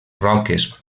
roques